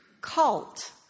Cult